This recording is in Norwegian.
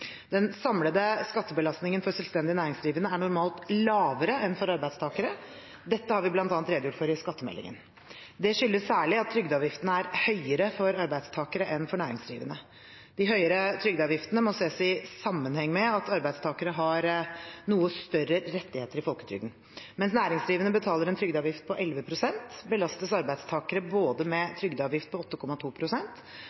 Den samlede skattebelastningen for selvstendig næringsdrivende er normalt lavere enn for arbeidstakere. Dette har vi bl.a. redegjort for i skattemeldingen. Det skyldes særlig at trygdeavgiftene er høyere for arbeidstakere enn for næringsdrivende. De høyere trygdeavgiftene må ses i sammenheng med at arbeidstakere har noe større rettigheter i folketrygden. Mens næringsdrivende betaler en trygdeavgift på 11 pst., belastes arbeidstakere både med